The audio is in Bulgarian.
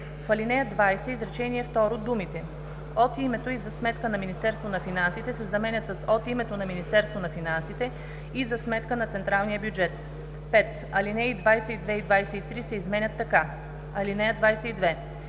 В ал. 20, изречение второ, думите „от името и за сметка на Министерството на финансите“ се заменят с „от името на Министерството на финансите и за сметка на централния бюджет“. 5. Алинеи 22 и 23 се изменят така: „(22)